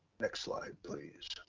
next slide, please.